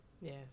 yes